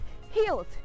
Heels